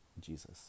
Jesus